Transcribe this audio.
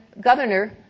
governor